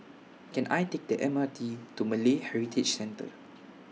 Can I Take The M R T to Malay Heritage Centre